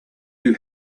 you